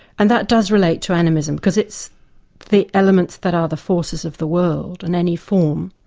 and that does relate to animism, because it's the elements that are the forces of the world in any form,